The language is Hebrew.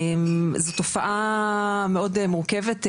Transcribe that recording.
זאת תופעה מאוד מורכבת,